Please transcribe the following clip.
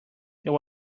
that